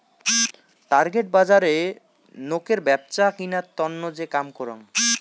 target বজারে নোকের ব্যপছা কিনার তন্ন যে কাম করং